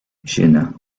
jenna